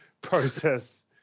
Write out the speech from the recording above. process